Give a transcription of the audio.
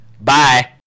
Bye